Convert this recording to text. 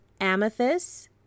Amethyst